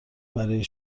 برای